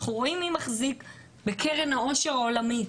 אנחנו רואים מי מחזיק בקרן העושר העולמית.